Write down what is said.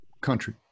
country